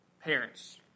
parents